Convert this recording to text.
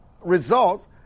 results